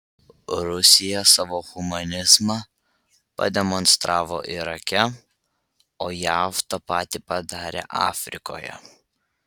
rusija savo humanizmą pademonstravo irake o jav tą patį padarė afrikoje